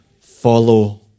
follow